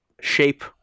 shape